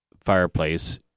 fireplace